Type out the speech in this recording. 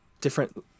Different